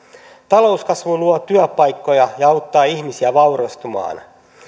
talouskasvu luo työpaikkoja ja auttaa ihmisiä vaurastumaan